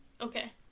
Okay